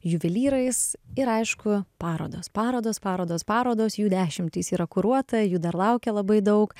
juvelyrais ir aišku parodos parodos parodos parodos jų dešimtys yra kuruota jų dar laukia labai daug